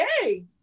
hey